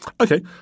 Okay